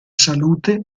salute